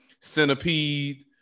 centipede